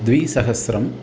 द्विसहस्रम्